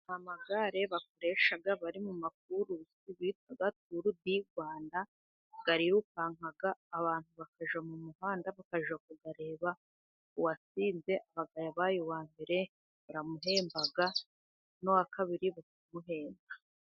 Amagare bakoresha bari mu makurusi bita Turu di Rwanda, arirukanka abantu bakajya mu muhanda bakajya kuyareba, uwatsinze aba yabaye uwa mbere baramuhemba, n'uwa kabiri bakamuhemba.